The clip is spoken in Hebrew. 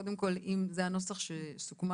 קודם כל אם זה הנוסח שסוכם.